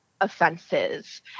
offenses